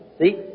See